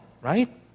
right